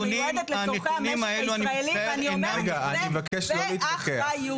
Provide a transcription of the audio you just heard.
שמיועדת לצורכי המשק הישראלי ואני אומרת את זה באחריות.